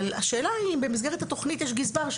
השאלה היא: אם במסגרת התכנית יש גזבר,